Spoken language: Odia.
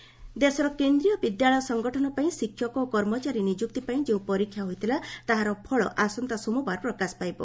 ନିଶାଙ୍କ କେଭିଏସ୍ ଦେଶର କେନ୍ଦ୍ରୀୟ ବିଦ୍ୟାଳୟ ସଂଗଠନ ପାଇଁ ଶିକ୍ଷକ ଓ କର୍ମଚାରୀ ନିଯୁକ୍ତି ପାଇଁ ଯେଉଁ ପରୀକ୍ଷା ହୋଇଥିଲା ତାହାର ଫଳ ଆସନ୍ତା ସୋମବାର ପ୍ରକାଶ ପାଇବ